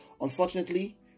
Unfortunately